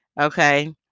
Okay